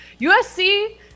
USC